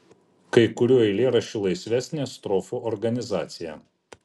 kai kurių eilėraščių laisvesnė strofų organizacija